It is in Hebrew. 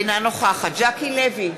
אינה נוכחת ז'קי לוי,